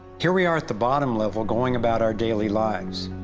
here we are the bottom level going about our daily lives.